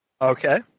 Okay